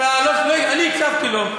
אני הקשבתי לו.